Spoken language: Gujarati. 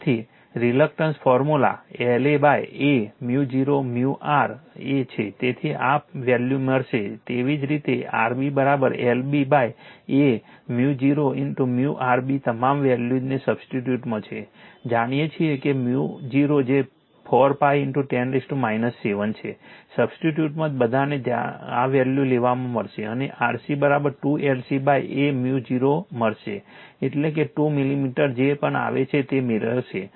તેથી reluctance formula LA A µ0 µrA છે તેથી આ વેલ્યુ મળશે તેવી જ રીતે RB LB A µ0 µrB તમામ વેલ્યુજને સબસ્ટીટ્યુટમાં છે જાણીએ છીએ કે µ0 જે 4𝜋 10 7 છે સબસ્ટીટ્યુટમાં બધાને આ વેલ્યુ મળશે અને RC 2 LC aµ0 મળશે એટલે કે 2 મિલીમીટર જે પણ આવે છે તે મેળવશે